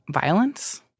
violence